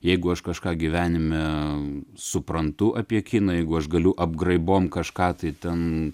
jeigu aš kažką gyvenime suprantu apie kiną jeigu aš galiu apgraibom kažką tai ten